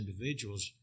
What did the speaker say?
individuals